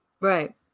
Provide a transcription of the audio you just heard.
Right